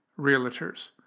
realtors